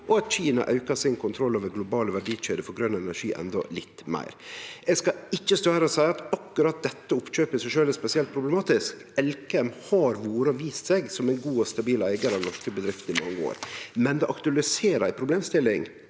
og at Kina aukar sin kontroll over globale verdikjeder for grøn energi endå litt meir. Eg skal ikkje stå her og seie at akkurat dette oppkjøpet i seg sjølv er spesielt problematisk. Elkem har vore, og har vist seg som, ein god og stabil eigar av norske bedrifter i mange år. Men det aktualiserer ei problemstilling: